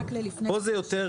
פה זה יותר